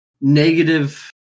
negative